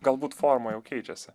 galbūt forma jau keičiasi